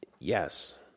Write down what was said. Yes